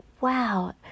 wow